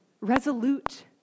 resolute